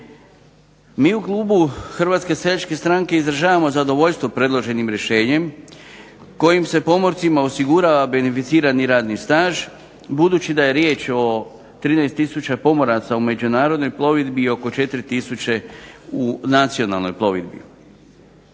MI u Klubu Hrvatske seljačke stranke izražavamo zadovoljstvo predloženim rješenjem kojim se pomorcima osigurava beneficirani radni staž budući da je riječ o 13 tisuća pomoraca u međunarodnoj plovidbi i oko 4 tisuće u nacionalnoj plovidbi.